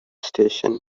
station